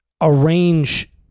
arrange